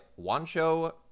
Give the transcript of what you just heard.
Juancho